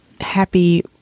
happy